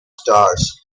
stars